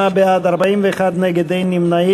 בעד, 58, נגד, 41, אין נמנעים.